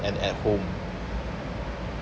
and at home